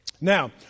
Now